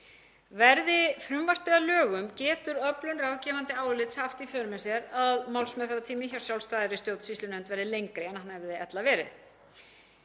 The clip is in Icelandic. Verði frumvarpið að lögum getur öflun ráðgefandi álits haft í för með sér að málsmeðferðartími hjá sjálfstæðri stjórnsýslunefnd verði lengri en hann hefði ella verið.